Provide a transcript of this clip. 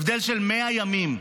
הבדל של 100 ימים.